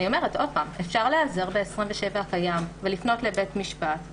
אפשר להיעזר בסעיף 27 הקיים ולפנות לבית משפט ולבקש.